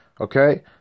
Okay